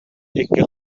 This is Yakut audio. икки